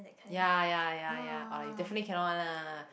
ya ya ya ya oh you definitely cannot lah